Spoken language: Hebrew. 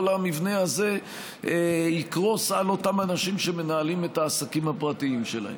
כל המבנה הזה יקרוס על אותם אנשים שמנהלים את העסקים הפרטיים שלהם.